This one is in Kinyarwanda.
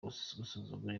gusuzugura